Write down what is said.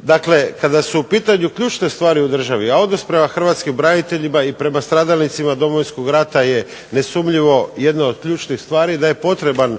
dakle kada su u pitanju ključne stvari u državi, a odnos prema hrvatskim braniteljima i prema stradalnicima Domovinskog rata je nesumnjivo jedna od ključnih stvari, da je potreban